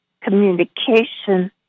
communication